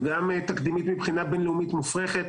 וגם תקדימית מבחינה בין-לאומית מופרכת,